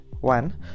one